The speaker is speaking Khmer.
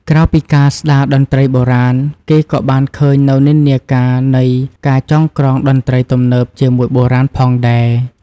ក្រៅពីការស្តារតន្ត្រីបុរាណ គេក៏បានឃើញនូវនិន្នាការនៃ ការចងក្រងតន្ត្រីទំនើបជាមួយបុរាណ ផងដែរ។